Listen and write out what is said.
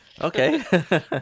okay